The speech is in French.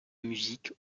musique